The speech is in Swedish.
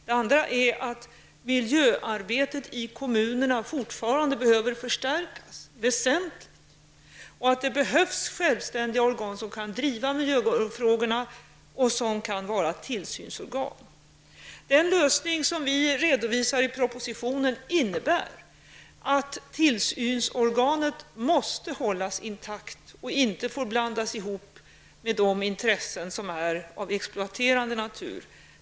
Den andra är att miljöarbetet i kommunerna fortfarande behöver förstärkas väsentligt och att det behövs självständiga organ som kan driva miljöfrågorna och som kan vara tillsynsorgan. Den lösning som vi redovisar i propositionen innebär att tillsynsorganet måste hållas intakt och inte får blandas ihop med de intressen som är av exploaterande natur.